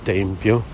Tempio